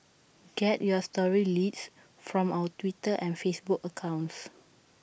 get your story leads from our Twitter and Facebook accounts